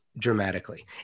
dramatically